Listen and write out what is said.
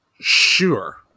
Sure